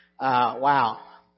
Wow